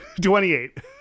28